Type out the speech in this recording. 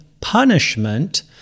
punishment